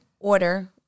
order